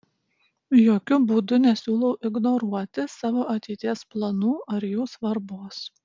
jokiu būdu nesiūlau ignoruoti savo ateities planų ar jų svarbos